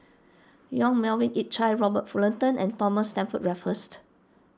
Yong Melvin Yik Chye Robert Fullerton and Thomas Stamford Raffles